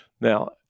Now